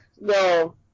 no